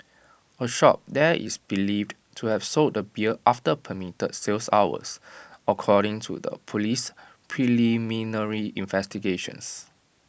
A shop there is believed to have sold the beer after permitted sales hours according to the police's preliminary investigations